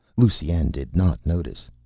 lusine did not notice.